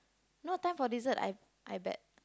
no time for dessert I I bet